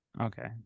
Okay